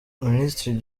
minisitiri